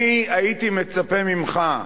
אני הייתי מצפה ממך,